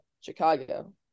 Chicago